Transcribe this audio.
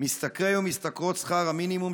משתכרי ומשתכרות שכר המינימום,